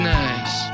nice